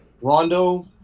Rondo